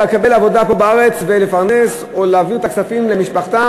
לקבל עבודה פה בארץ ולפרנס או להעביר את הכספים למשפחתם,